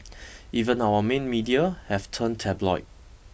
even our main media have turned tabloid